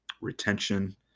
retention